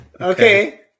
Okay